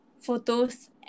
photos